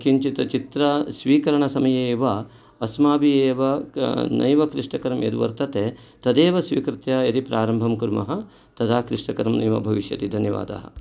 किञ्चित् चित्रस्वीकरणसमये एव अस्माभिः एव नैव कष्टकरम् यद् वर्तते तदेव स्वीकृत्य यदि प्रारम्भं कुर्मः तदा क्लिष्टकरं नैव भविष्यति धन्यवादः